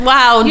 Wow